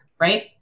right